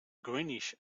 greenish